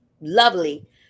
Lovely